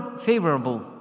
favorable